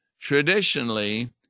Traditionally